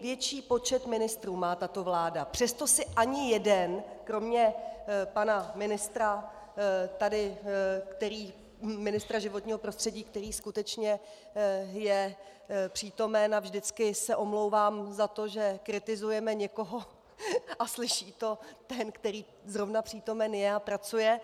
Největší počet ministrů má tato vláda, a přesto si ani jeden kromě pana ministra životního prostředí, který skutečně je přítomen a vždycky se omlouvám za to, že kritizujeme někoho a slyší to ten, který zrovna přítomen je a pracuje...